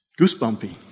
goosebumpy